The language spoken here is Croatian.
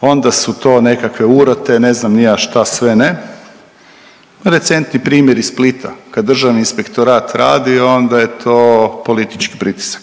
onda su to nekakve urote ne znam ni ja šta sve ne. Recentni primjer iz Splita kad Državni inspektorat radi onda je to politički pritisak.